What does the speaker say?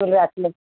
ସ୍କୁଲ୍ରୁ ଆସିଲେ